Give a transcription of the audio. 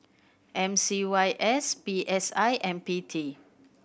M C Y S P S I and P T